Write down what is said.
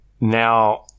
now